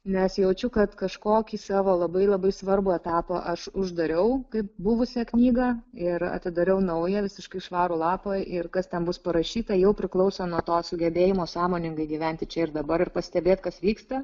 nes jaučiu kad kažkokį savo labai labai svarbų etapą aš uždariau kaip buvusią knygą ir atidariau naują visiškai švarų lapą ir kas ten bus parašyta jau priklauso nuo to sugebėjimo sąmoningai gyventi čia ir dabar ir pastebėt kas vyksta